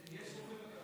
יש רופא בקהל.